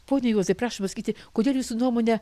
pone juozai prašom pasakyti kodėl jūsų nuomone